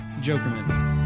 Jokerman